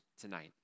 tonight